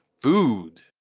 food.